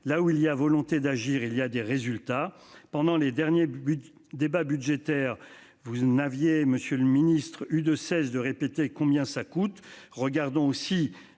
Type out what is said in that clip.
là où il y a volonté d'agir. Il y a des résultats. Pendant les derniers buts débat budgétaire. Vous n'aviez Monsieur le Ministre eu de cesse de répéter, combien ça coûte,